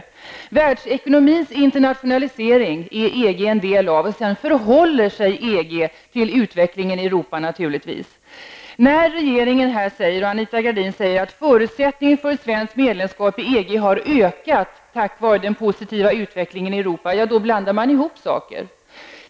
EG är en del av världsekonomins internationalisering, men EG förhåller sig naturligtvis på ett visst sätt till utvecklingen i Regeringen och Anita Gradin säger att förutsättningen för svenskt medlemskap i EG har ökat tack vare den positiva utvecklingen i Europa. Men då blandar man ihop saker.